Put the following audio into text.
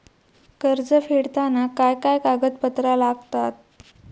कर्ज फेडताना काय काय कागदपत्रा लागतात?